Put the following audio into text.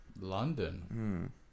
London